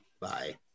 Bye